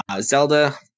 Zelda